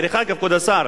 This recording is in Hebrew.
דרך אגב, כבוד השר,